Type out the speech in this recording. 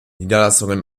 niederlassungen